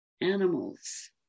animals